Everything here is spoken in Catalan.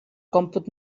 còmput